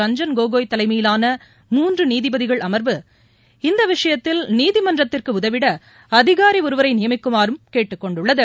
ரஞ்சன் கோகோய் தலைமையிலான மூன்று நீதிபதிகள் அமா்வு இந்த விஷயத்தில் நீதிமன்றத்திற்கு உதவிட அதிகாரி ஒருவரை நியமிக்குமாறும் கேட்டுக் கொண்டுள்ளது